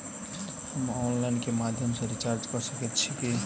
हम ऑनलाइन केँ माध्यम सँ रिचार्ज कऽ सकैत छी की?